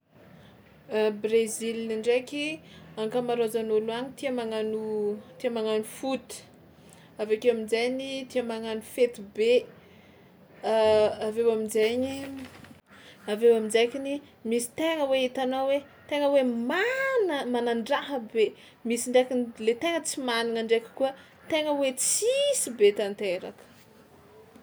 Brezila ndraiky ankamaroazan'olo any tia magnano tia magnano foot, avy akeo amin-jainy tia magnano fety be, avy eo amin-jaigny avy eo amin-jaikiny misy tegna hoe hitanao hoe tegna hoe mana- manan-draha be, misy ndraiky n- le tegna tsy managna ndraiky koa tegna hoe tsisy be tanteraka.